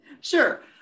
Sure